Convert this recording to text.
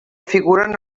figuren